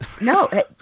No